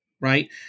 Right